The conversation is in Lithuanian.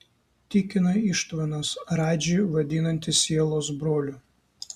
tikina ištvanas radžį vadinantis sielos broliu